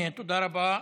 תודה רבה.